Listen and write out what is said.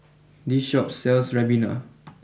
this Shop sells Ribena